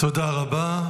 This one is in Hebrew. תודה רבה.